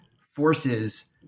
forces